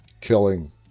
killing